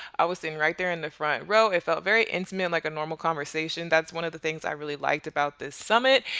i was sitting right there in the front row. it felt very intimate like a normal conversation. that's one of the things i really liked about this summit.